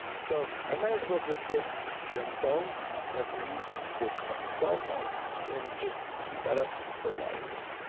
so, i might as well just get stem cells every six to twelve months and just keep that up for life.